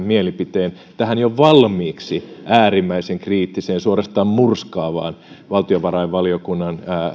mielipiteen tähän jo valmiiksi äärimmäisen kriittiseen suorastaan murskaavaan valtiovarainvaliokunnan